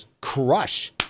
crush